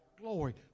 Glory